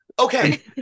Okay